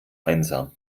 einsam